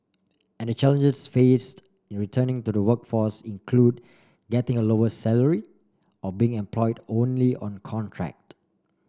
and the challenges faced in returning to the workforce include getting a lower salary or being employed only on contract